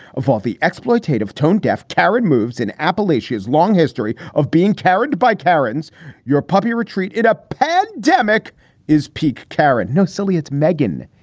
of all the exploitative, tone deaf carried moves in appalachia is long history of being carried by karin's your puppy retreat. it a pandemic is peak. karen. no, silly. it's meghan.